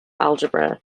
algebra